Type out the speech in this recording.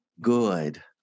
good